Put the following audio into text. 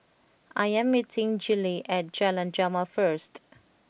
I am meeting Gillie at Jalan Jamal first